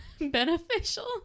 beneficial